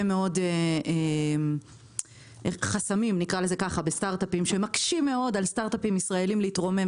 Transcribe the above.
מאוד חסמים שמקשים מאוד על סטארטאטפים ישראלים להתרומם.